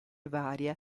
varia